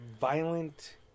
violent